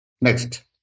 Next